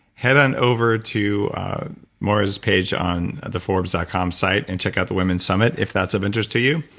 head on over to moira's page on the forbes dot com site and check out the women's summit if that's of interest to you.